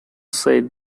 said